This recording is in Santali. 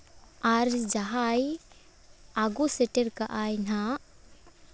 ᱟᱨ ᱡᱟᱦᱟᱸᱭ ᱟᱹᱜᱩ ᱥᱮᱴᱮᱨ ᱠᱟᱜ ᱟᱭ ᱱᱟᱦᱟᱜ